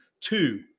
Two